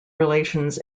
relations